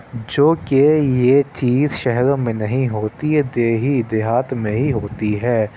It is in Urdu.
جو کہ یہ چیز شہروں میں نہیں ہوتی ہے دیہی دیہات میں ہی ہوتی ہے